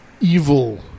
evil